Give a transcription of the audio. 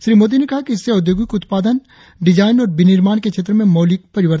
श्री मोदी ने कहा कि इससे औद्योगिक उप्तादन डिजाइन और विनिर्माण के क्षेत्रों में मौलिक परिवर्तन आयेगा